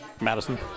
Madison